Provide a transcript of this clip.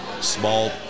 small